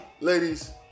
Ladies